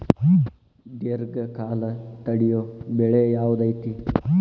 ದೇರ್ಘಕಾಲ ತಡಿಯೋ ಬೆಳೆ ಯಾವ್ದು ಐತಿ?